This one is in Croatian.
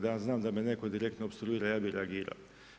Da ja znam da me netko direktno opstruirao, ja bi reagirao.